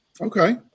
Okay